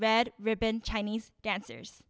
red ribbon chinese dancers